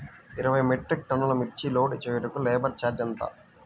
ఇరవై మెట్రిక్ టన్నులు మిర్చి లోడ్ చేయుటకు లేబర్ ఛార్జ్ ఎంత?